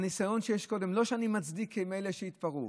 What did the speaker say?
הניסיון שיש קודם, לא שאני מצדיק את אלה שהתפרעו,